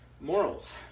Morals